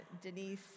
Denise